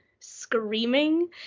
screaming